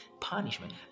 punishment